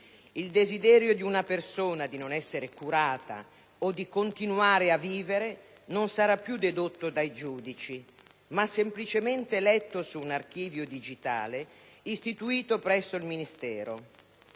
Il desiderio di una persona di non essere curata o di continuare a vivere non sarà più dedotto dai giudici, ma semplicemente letto su un archivio digitale istituito presso il Ministero.